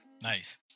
Nice